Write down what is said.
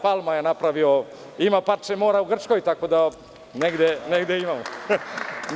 Palma je napravio, ima parče mora u Grčkoj tako da negde imamo.